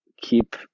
keep